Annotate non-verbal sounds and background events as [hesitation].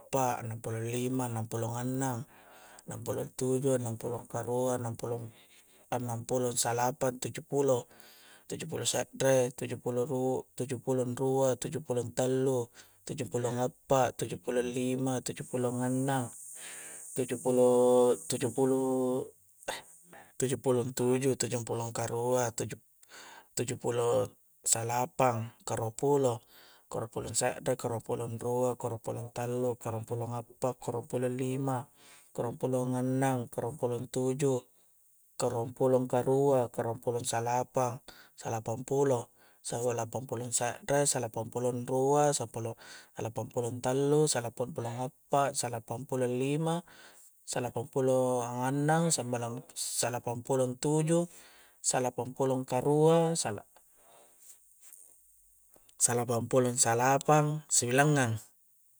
Pa, annang pulo lima annang pulong annang, annang pulong tuju, annang pulong karua, annang pulong annang pulong salapang tuju pulo tuju pulong se're, tuju pulong rua, tuju pulong tallu, tuju pulong appa, tuju pulong lima tuju pulong annang, tuju pulo-tuju puluh [hesitation] tuju pulong tuju tuju pulong karua, tuju-tuju pulo salapang, karua pulo, karua pulong se're, karua pulong rua, karua pulo tallu, karua pulong appa, karua pulo lima, karua pulong annang, karua pulong tuju, karua pulong karua, karua pulong salapang salapang pulo, salapang pulong se're, salapang pulong rua [unintelligible] salapang pulong tallu, salapang pulong appa, salapang pulong lima, salapang pulong annang, [unintelligible] salapang pulong tuju, salapang pulong karua, sala' salapang pulong salapang, sibilangngang